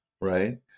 right